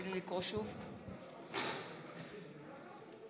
(קוראת בשמות חברי הכנסת)